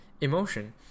emotion